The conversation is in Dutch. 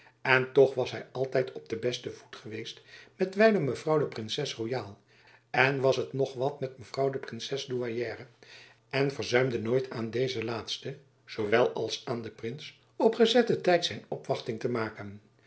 en toch was hy altijd op den besten voet geweest met wijlen mevrouw de princesse royaal en was het nog met mevrouw de princesse douairière en verzuimde nooit aan deze laatste zoo wel als aan den prins op gezette tijden zijn opwachting te maken